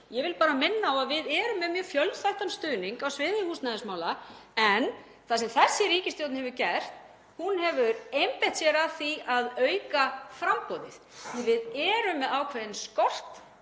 Ég vil bara minna á að við erum með mjög fjölþættan stuðning á sviði húsnæðismála. Það sem þessi ríkisstjórn hefur gert er að einbeita sér að því að auka framboðið því við erum með ákveðinn skort